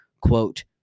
quote